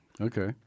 Okay